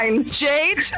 Jade